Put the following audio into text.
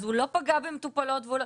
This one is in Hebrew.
אז הוא לא פוגע במטופלות והוא לא,